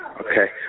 Okay